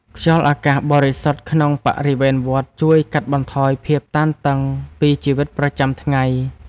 ខ្យល់អាកាសបរិសុទ្ធក្នុងបរិវេណវត្ត ជួយកាត់បន្ថយភាពតានតឹងពីជីវិតប្រចាំថ្ងៃ។